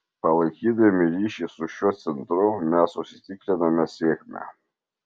palaikydami ryšį su šiuo centru mes užsitikriname sėkmę